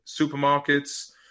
supermarkets